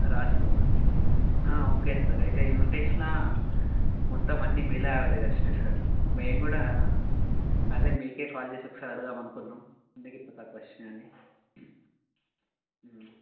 Raj Kumar okay sir అయితే unit టెస్ట్లో మొత్తం అన్నీ బిలో అవరేజ్ వచ్చినాయి సార్ మేము కూడా అదే మీకు కాల్ చేసి ఒకసారి అడుగుదామని అనుకున్నాం ఎందుకు ఇట్లా తక్కువ వచ్చినాయి అని